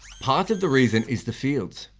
part of the reason is the fields.